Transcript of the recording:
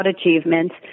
achievements